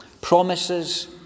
Promises